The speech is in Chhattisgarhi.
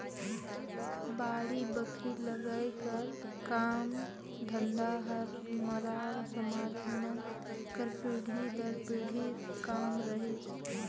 बाड़ी बखरी लगई कर काम धंधा हर मरार समाज मन कर पीढ़ी दर पीढ़ी काम रहिस